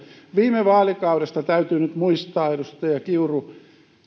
viime vaalikaudesta täytyy nyt muistaa edustaja kiuru